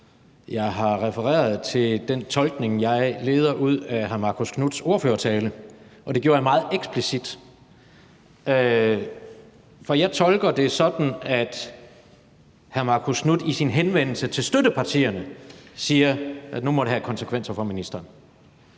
Jeg har refereret til den tolkning, jeg udleder af hr. Marcus Knuths ordførertale, og det gjorde jeg meget eksplicit. Jeg tolker det sådan, at hr. Marcus Knuth i sin henvendelse til støttepartierne siger, at nu må det have konsekvenser for ministeren.